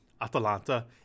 Atalanta